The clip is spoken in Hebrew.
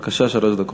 בבקשה, שלוש דקות.